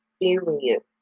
experience